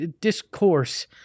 discourse